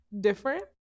different